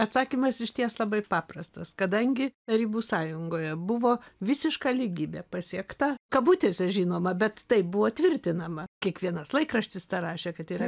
atsakymas išties labai paprastas kadangi tarybų sąjungoje buvo visiška lygybė pasiekta kabutėse žinoma bet taip buvo tvirtinama kiekvienas laikraštis tą rašė kad yra